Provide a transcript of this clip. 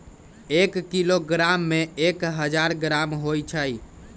एक किलोग्राम में एक हजार ग्राम होई छई